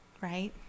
Right